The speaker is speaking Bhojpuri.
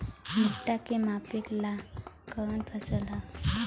भूट्टा के मापे ला कवन फसल ह?